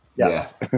Yes